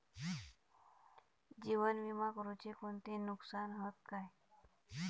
जीवन विमा करुचे कोणते नुकसान हत काय?